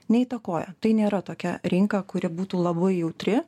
neįtakoja tai nėra tokia rinka kuri būtų labai jautri